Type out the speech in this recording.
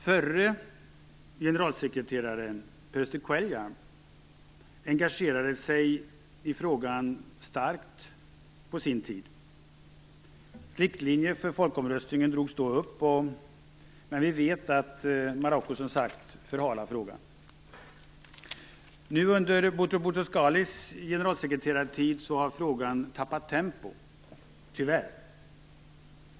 Förre generalsekreteraren Peres de Cuellar engagerade sig starkt i frågan på sin tid. Riktlinjer för folkomröstningen drogs då upp. Men vi vet att Marocko, som sagt, förhalar frågan. Nu under Boutros Boutros Ghalis tid som generalsekreterare har frågan tappat tempo, tyvärr.